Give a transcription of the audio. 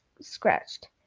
scratched